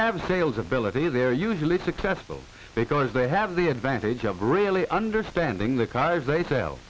have a sales ability they are usually successful because they have the advantage of really under spending the cars they sell